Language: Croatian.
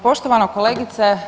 Poštovana kolegice.